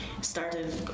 started